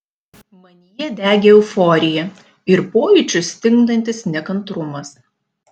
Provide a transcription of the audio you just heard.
manyje degė euforija ir pojūčius stingdantis nekantrumas